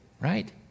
right